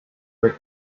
with